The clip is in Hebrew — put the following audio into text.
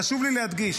חשוב לי להדגיש,